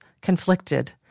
conflicted